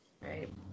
Right